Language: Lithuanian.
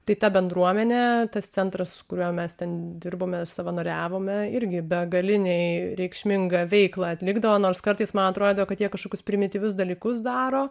tai ta bendruomenė tas centrassu kurio mes ten dirbomeir savanoriavome irgi begaliniai reikšmingą veiklą atlikdavo nors kartais man atrodydavo kad jie kažkokius primityvius dalykus daro